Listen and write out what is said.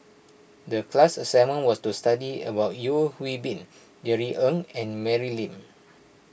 the class assignment was to study about Yeo Hwee Bin Jerry Ng and Mary Lim